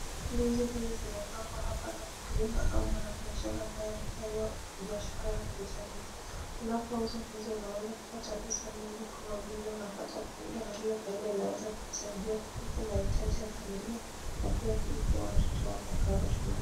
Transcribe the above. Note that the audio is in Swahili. Ndizi hizi zimepangwa hapa na mkulima au mwanabiashara ambaye anafanya biashara ya kuuza ndizi. Unapouza ndizi unaweza kupata pesa mingi kama vile unapata faida na hiyo faida inaweza kukusaidia kukudhi mahitaji ya familia na pia kulipia watoto wako karo shuleni.